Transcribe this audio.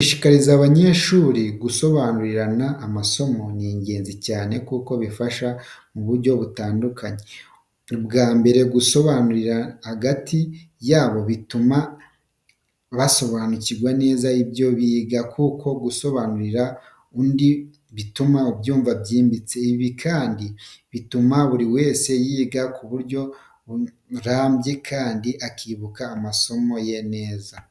Gushishikariza abanyeshuri gusobanurirana amasomo ni ingenzi cyane kuko bibafasha mu buryo butandukanye. Ubwa mbere, gusobanurirana hagati yabo bituma basobanukirwa neza ibyo biga, kuko gusobanurira undi bituma ubyumva byimbitse. Ibi kandi bituma buri wese yiga ku buryo burambye kandi akibuka amasomo neza.